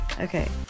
Okay